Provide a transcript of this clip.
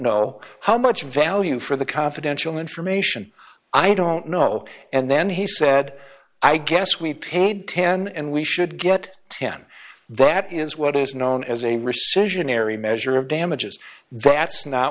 know how much value for the confidential information i don't know and then he said i guess we paid ten and we should get ten that is what is known as a rescission area measure of damages that's not